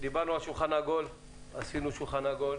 דיברנו על שולחן עגול - עשינו שולחן עגול.